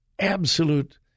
absolute